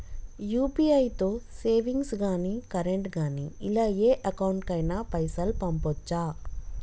UPI తో savings గాని current గాని ఇలా ఏ అకౌంట్ కైనా పైసల్ పంపొచ్చా?